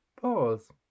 Pause